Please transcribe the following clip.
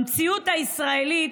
במציאות הישראלית,